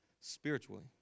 spiritually